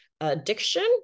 addiction